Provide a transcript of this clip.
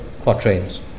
quatrains